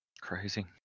Crazy